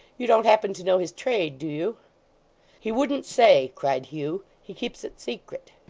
you don't happen to know his trade, do you he wouldn't say cried hugh. he keeps it secret